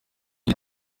iri